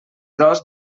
dos